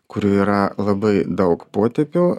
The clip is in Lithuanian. kurių yra labai daug potipių